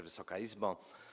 Wysoka Izbo!